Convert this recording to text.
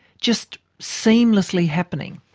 just seamlessly happening.